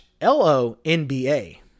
L-O-N-B-A